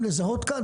לזהות כאן,